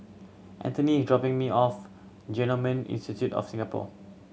Anthony is dropping me off Genome Institute of Singapore